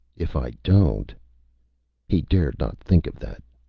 if i don't he dared not think of that.